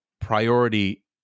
priority